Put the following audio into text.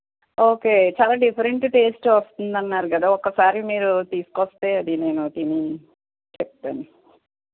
okay చాలా different taste వస్తుంది అన్నారు కదా ఒకసారి మీరు తీసుకు వస్తే అది నేను తిని చెప్తాను